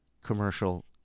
commercial